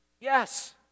yes